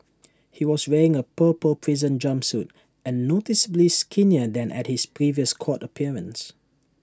he was wearing A purple prison jumpsuit and noticeably skinnier than at his previous court appearance